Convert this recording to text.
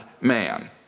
man